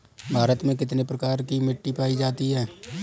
भारत में कितने प्रकार की मिट्टी पायी जाती है?